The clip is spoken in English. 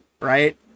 right